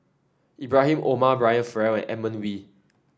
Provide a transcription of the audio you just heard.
Ibrahim Omar Brian Farrell and Edmund Wee